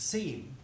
Scene